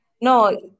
No